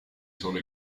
sono